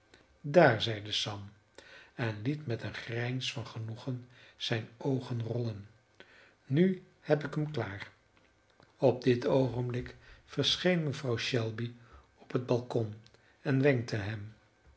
daar zeide sam en liet met een grijns van genoegen zijne oogen rollen nu heb ik hem klaar op dit oogenblik verscheen mevrouw shelby op het balkon en wenkte hem